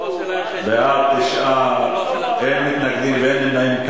בעד, 9, אין מתנגדים ואין נמנעים.